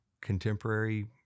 contemporary